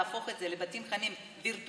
להפוך את זה לבתים חמים וירטואליים,